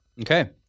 Okay